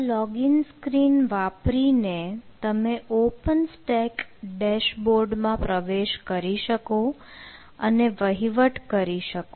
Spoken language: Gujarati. આ લોગ ઈન સ્ક્રીન વાપરીને તમે ઓપન સ્ટેક ડેશબોર્ડ માં પ્રવેશ કરી શકો અને વહીવટ કરી શકો